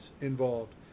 involved